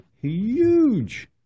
huge